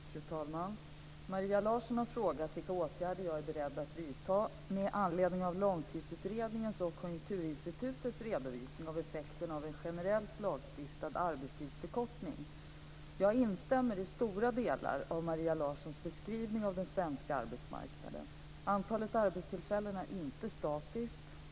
Fru talman! Maria Larsson har frågat vilka åtgärder jag är beredd att vidta med anledning av Långtidsutredningens och Konjunkturinstitutets redovisning av effekterna av en generellt lagstiftad arbetstidsförkortning. Jag instämmer i stora delar av Maria Larssons beskrivning av den svenska arbetsmarknaden. Antalet arbetstillfällen är inte statiskt.